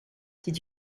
did